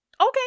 Okay